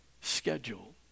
schedule